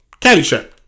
Caddyshack